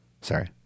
sorry